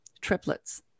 triplets